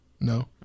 No